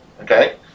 okay